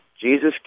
Jesus